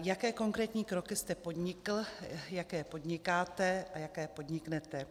Jaké konkrétní kroky jste podnikl, jaké podnikáte a jaké podniknete?